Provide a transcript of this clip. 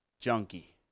junkie